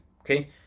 okay